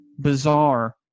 bizarre